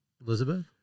Elizabeth